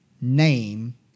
name